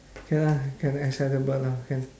K lah can acceptable lah can